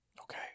Okay